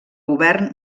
govern